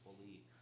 fully